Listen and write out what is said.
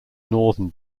northern